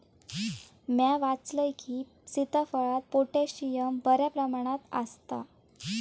म्या वाचलंय की, सीताफळात पोटॅशियम बऱ्या प्रमाणात आसता